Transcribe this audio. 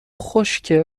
خشکه